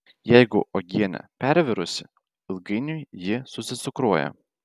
jeigu uogienė pervirusi ilgainiui ji susicukruoja